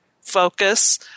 focus